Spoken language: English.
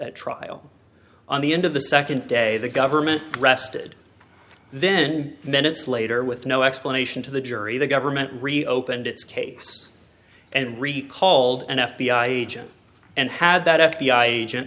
at trial on the end of the second day the government rested then minutes later with no explanation to the jury the government reopened its case and recall an f b i agent and had that f b i agent